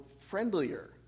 friendlier